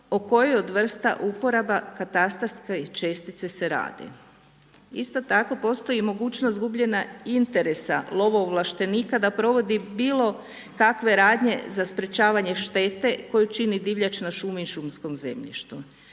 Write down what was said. o kojoj od vrsta uporaba katastarske čestite se radi. Isto tako postoji i mogućnost gubljenja interesa lovoovlaštenika da provodi bilo kakve radnje za sprječavanje štete koju čini divljač na šumi i šumskom zemljištu